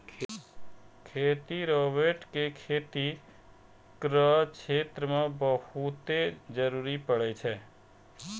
खेती रोवेट रो खेती करो क्षेत्र मे बहुते जरुरी पड़ै छै